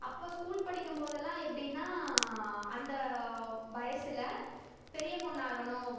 அப்போ ஸ்கூல் படிக்கும்போதெல்லாம் எப்படின்னா அந்த வயசில் பெரிய பொண்ணு ஆகணும்